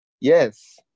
Yes